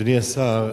אדוני השר,